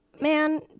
man